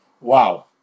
Wow